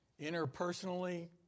Interpersonally